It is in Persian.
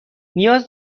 نیاز